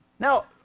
Now